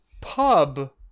pub